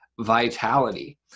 vitality